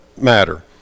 matter